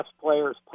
players